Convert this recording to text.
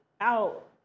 out